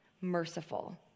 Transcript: merciful